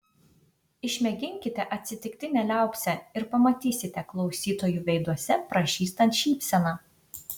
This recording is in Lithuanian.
išmėginkite atsitiktinę liaupsę ir pamatysite klausytojų veiduose pražystant šypseną